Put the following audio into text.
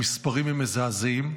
המספרים הם מזעזעים,